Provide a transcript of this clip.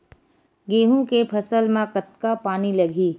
गेहूं के फसल म कतका पानी लगही?